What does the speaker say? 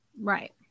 Right